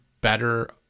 better